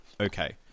okay